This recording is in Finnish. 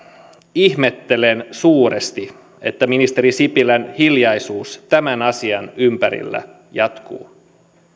ihmettelen suuresti että ministeri sipilän hiljaisuus tämän asian ympärillä jatkuu